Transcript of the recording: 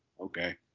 okay